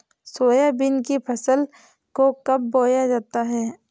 Soybean की फसल को कब बोया जाता है?